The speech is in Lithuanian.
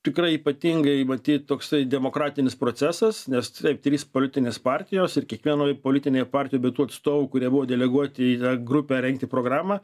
tikrai ypatingai matyt toksai demokratinis procesas nes taip trys politinės partijos ir kiekvienoj politinėj partijoj be tų atstovų kurie buvo deleguoti į tą grupę rengti programą